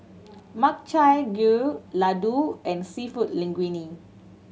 Makchang Gui Ladoo and Seafood Linguine